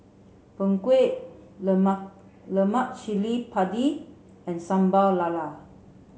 Png Kueh Lemak Cili Padi and Sambal Lala